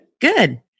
Good